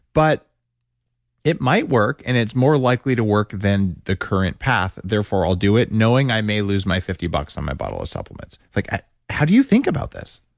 but it might work, and it's more likely to work than the current path, therefore i'll do it knowing i may lose my fifty bucks on my bottle of supplements. like ah how do you think about this?